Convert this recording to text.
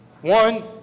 One